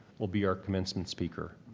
will be our commencement speaker.